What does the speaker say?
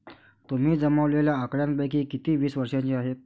तुम्ही जमवलेल्या आकड्यांपैकी किती वीस वर्षांचे आहेत?